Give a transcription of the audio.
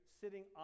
sitting